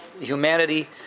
humanity